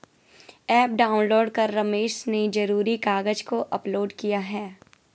app download कर रमेश ने ज़रूरी कागज़ को अपलोड किया